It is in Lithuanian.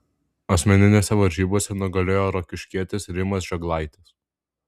asmeninėse varžybose nugalėjo rokiškietis rimas žėglaitis